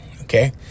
okay